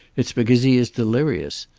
it's because he is delirious.